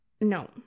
No